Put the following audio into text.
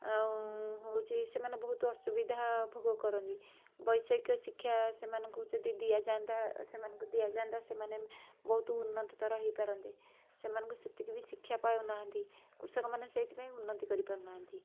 ଆଉ ହେଉଛି ସେମାନେ ବହୁତ ଅସୁବିଧା ଭୋଗ କରନ୍ତି ବୈଷୟିକ ଶିକ୍ଷା ସେମାନଙ୍କୁ ଯଦି ଦିଆଯାଆନ୍ତା ସେମାନଙ୍କୁ ଦିଆଯାଆନ୍ତା ସେମାନେ ବହୁତ ଉନ୍ନତିକର ହୋଇପାରନ୍ତେ ସେମାନଙ୍କୁ ସେତିକି ବି ଶିକ୍ଷା ପାଉନାହାନ୍ତି କୃଷକମାନେ ସେଇଥିପାଇଁ ଉନ୍ନତି କରିପାରୁନାହାନ୍ତି